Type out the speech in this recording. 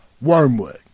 Wormwood